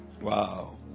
Wow